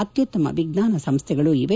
ಅತ್ಯುತ್ತಮ ವಿಜ್ಞಾನ ಸಂಸ್ವೆಗಳೂ ಇವೆ